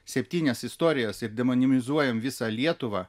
septynias istorijas ir demonizuojam visą lietuvą